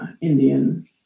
Indian